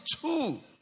two